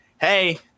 hey